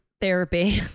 therapy